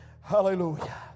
Hallelujah